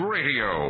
Radio